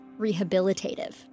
rehabilitative